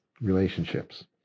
relationships